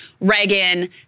Reagan